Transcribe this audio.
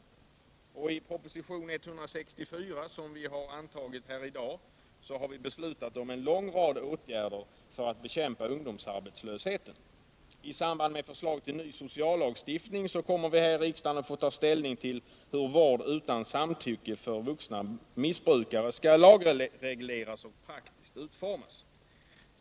163 I propositionen 164, som vi har antagit här i dag, har vi beslutat om en lång rad åtgärder för att bekämpa ungdomsarbetslösheten. I samband med förslaget till ny sociallagstiftning kommer riksdagen att få ta ställning till hur vård utan samtycke för vuxna missbrukare skall lagregleras och praktiskt utformas.